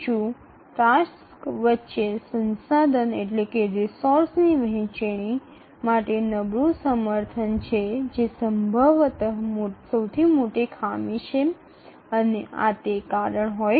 তৃতীয়টি হল কার্যগুলির মধ্যে সম্পদ ভাগ করে নেওয়ার জন্য দুর্বল সমর্থন যা সম্ভবত সবচেয়ে সুস্পষ্ট ঘাটতি